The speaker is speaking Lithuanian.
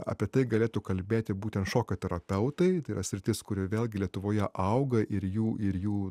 apie tai galėtų kalbėti būtent šokio terapeutai tai yra sritis kurioje vėlgi lietuvoje auga ir jų ir jų